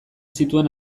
zituen